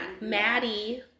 Maddie